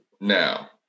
now